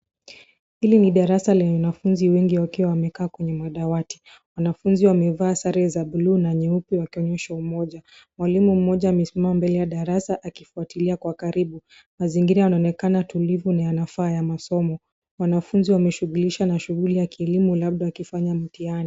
Hili ni darasa lenye wanafunzi wengi wakiwa wamekaa kwenye madawati. Wanafunzi wamevaa sare za buluu na nyeupe wakionyesha umoja. Mwalimu mmoja amesimama mbele ya darasa akionyesha, akifuatilia kwa karibu. Mazingira yanaonekana tulivu, na yanafaa ya masomo. Wanafunzi wameshughulisha na shughuli ya kielimu, labda wakifanya mtihani.